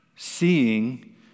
Seeing